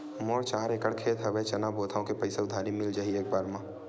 मोर चार एकड़ खेत हवे चना बोथव के पईसा उधारी मिल जाही एक बार मा?